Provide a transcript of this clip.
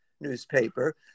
newspaper